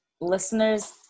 Listeners